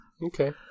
Okay